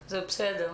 לא הושבו להורים.